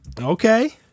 Okay